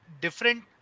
different